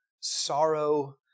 sorrow